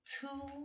Two